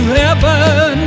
heaven